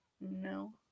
No